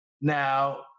Now